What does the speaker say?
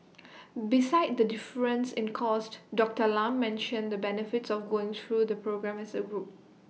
besides the difference in cost Doctor Lam mentioned the benefits of going through the programme as A group